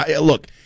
Look